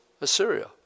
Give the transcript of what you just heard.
Assyria